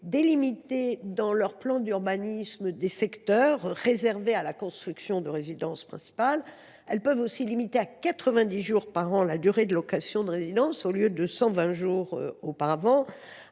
délimiter dans leur plan d’urbanisme des secteurs réservés à la construction de résidences principales. Elles peuvent aussi limiter à quatre vingt dix jours par an la durée de location de résidences au lieu de cent vingt jours auparavant